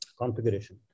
configuration